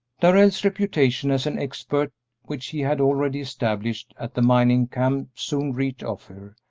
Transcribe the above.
darrell's reputation as an expert which he had already established at the mining camp soon reached ophir,